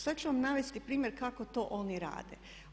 Sad ću vam navesti primjer kako to oni rade.